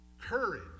Courage